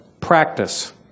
Practice